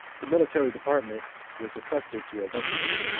the military department was intrusted to adventus,